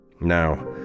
Now